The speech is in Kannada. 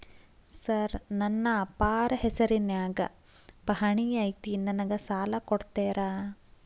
ಸರ್ ನನ್ನ ಅಪ್ಪಾರ ಹೆಸರಿನ್ಯಾಗ್ ಪಹಣಿ ಐತಿ ನನಗ ಸಾಲ ಕೊಡ್ತೇರಾ?